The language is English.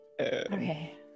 Okay